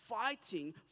fighting